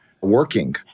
working